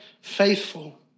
faithful